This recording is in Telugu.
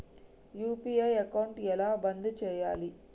యూ.పీ.ఐ అకౌంట్ ఎలా బంద్ చేయాలి?